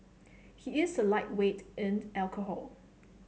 he is a lightweight in alcohol